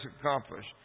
accomplished